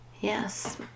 Yes